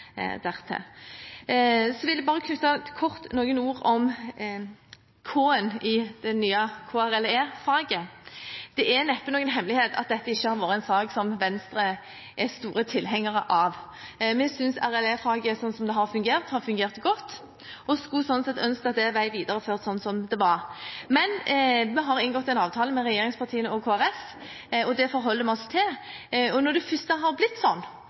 for så å oppfylle de kravene som er stilt. Jeg mener man må ha litt fleksibilitet med hensyn til hvordan man kommer seg dit. Det kan ikke bare være én vei. Jeg vil kort knytte noen ord til K-en i det nye KRLE-faget. Det er neppe noen hemmelighet at dette er en sak Venstre ikke har vært sterk tilhenger av. Vi synes RLE-faget har fungert godt og skulle sånn sett ønsket at det ble videreført som det var. Men vi har inngått en avtale med regjeringspartiene og Kristelig Folkeparti, og det